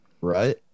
Right